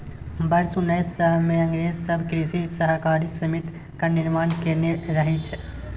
वर्ष उन्नैस सय मे अंग्रेज सब कृषि सहकारी समिति के निर्माण केने रहइ